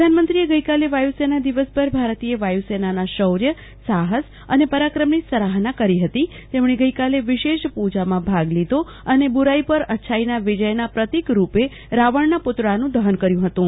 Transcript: પ્રધાનમંત્રીએ ગઈકાલે વાયુસેના દિવસ પર ભારતીય વાયુસેનાના શૌર્ય સાહસ અને પરાક્રમની સરાહના કરી હતી તેમણે ગઈકાલે વિશેષ પુજામાં ભાગ લીધો અને બુરાઈ પર અચ્છાઈના વિજયના પ્રતિકરૂપે રાવણના પૂતળાનું દહન કર્યુ હતું